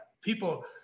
people